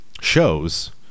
shows